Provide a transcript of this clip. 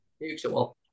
Mutual